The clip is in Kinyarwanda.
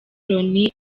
loni